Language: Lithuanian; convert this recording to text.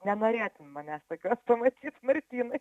nenorėtum manęs tokios pamatyt martynai